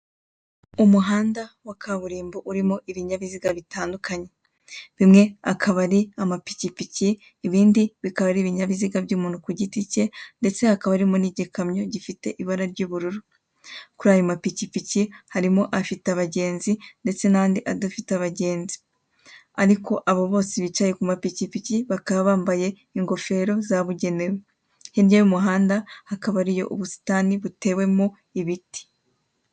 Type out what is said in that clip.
Umuhanda wa kaburimbo urimo ibinyabiziga bitandukanye. Bimwe akaba ari amapikipiki, ibindi bikaba ari ibinyabiziga by'umuntu ku giti cye, ndetse hakaba harimo n'igikamyo gifite ibara ry'ubururu. Kuri ayo mapikipiki harimo afite abagenzi ndetse n'andi adafite abagenzi. Ariko abo bose bicaye ku mapikipiki bakaba bambaye ingofero zabugenewe. Hirya y'umuhanda hakaba hariyo ubusitani butewemo ibiti.